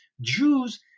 Jews